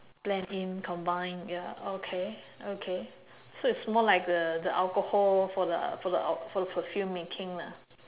blend in combine ya okay okay so it's more like the the alcohol for the for the for the perfume making lah